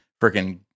freaking